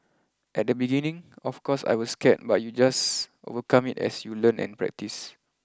at the beginning of course I was scared but you just overcome it as you learn and practice